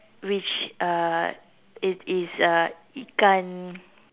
which uh it is uh ikan